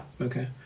Okay